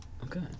okay